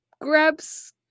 Grabs